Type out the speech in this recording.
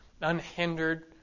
unhindered